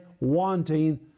wanting